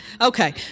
Okay